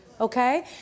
okay